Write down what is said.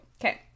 Okay